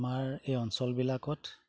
আমাৰ এই অঞ্চলবিলাকত